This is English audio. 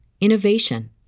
innovation